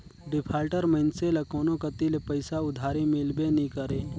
defaulter मइनसे ल कोनो कती ले पइसा उधारी मिलबे नी करे